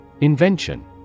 Invention